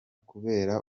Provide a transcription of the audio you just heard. kubera